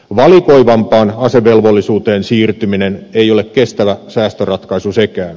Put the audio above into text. valikoivampaan asevelvollisuuteen siirtyminen ei ole kestävä säästöratkaisu sekään